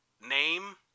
name